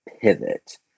pivot